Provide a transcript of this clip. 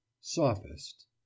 sophist